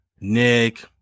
nick